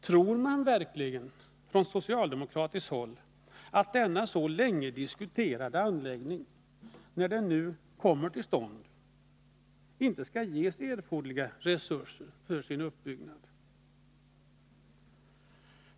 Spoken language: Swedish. Tror man verkligen på socialdemokratiskt håll att denna så länge diskuterade anläggning, när den nu äntligen kommer till stånd, inte skall ges erforderliga resurser för sin uppbyggnad?